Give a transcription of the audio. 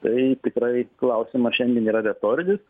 tai tikrai klausimas šiandien yra retorinis